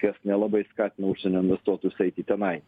kas nelabai skatina užsienio investuotojus eiti tenai